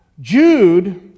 jude